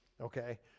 Okay